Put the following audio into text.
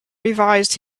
revised